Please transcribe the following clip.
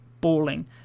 balling